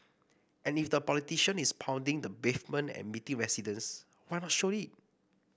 and if the politician is pounding the pavement and meeting residents why not show it